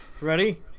Ready